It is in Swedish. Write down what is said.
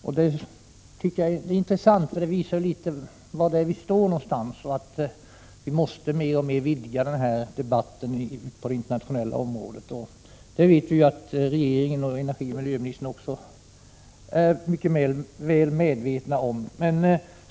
Jag tycker att sådana uttalanden bör noteras, eftersom de ger en antydan om var vi står och om att vi alltmer måste vidga denna debatt till det internationella området. Vi vet också att energiministern och regeringen i övrigt mycket väl är medvetna om detta.